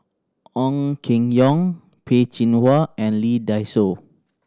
Ong Keng Yong Peh Chin Hua and Lee Dai Soh